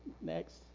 Next